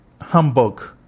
Hamburg